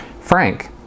Frank